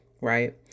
right